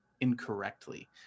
incorrectly